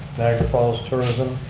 niagara falls tourism.